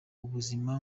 ubuzima